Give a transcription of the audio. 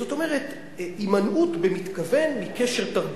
זאת אומרת הימנעות במתכוון מקשר תרבותי.